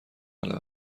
اهل